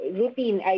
routine